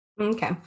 Okay